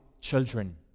children